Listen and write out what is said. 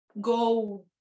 go